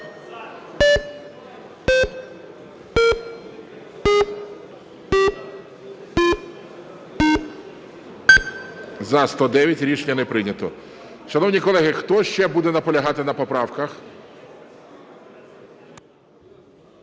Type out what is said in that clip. За-109 Рішення не прийнято.